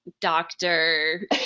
doctor